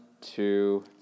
two